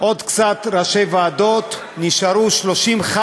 עוד קצת ראשי ועדות,